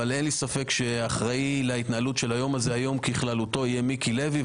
אבל אין לי ספק שהאחראי על ההתנהלות של היום הזה בכללותו יהיה מיקי לוי,